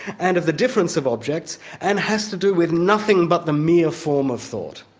and of the difference of objects, and has to do with nothing but the mere form of thought.